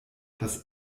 das